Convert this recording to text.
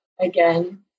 again